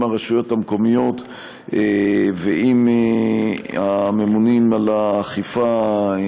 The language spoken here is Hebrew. עם הרשויות המקומיות ועם הממונים על האכיפה,